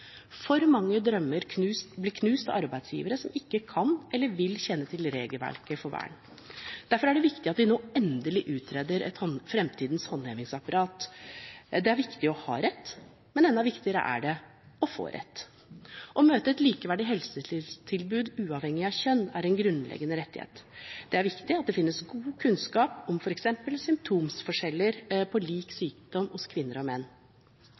for mange drømmer blir knust av arbeidsgivere som ikke kan eller vil kjenne til regelverket for vern. Derfor er det viktig at vi nå endelig utreder fremtidens håndhevingsapparat. Det er viktig å ha rett, men enda viktigere er det å få rett. Å møte et likeverdig helsetilbud uavhengig av kjønn er en grunnleggende rettighet. Det er viktig at det finnes god kunnskap om f.eks. symptomforskjeller på lik sykdom hos kvinner og menn.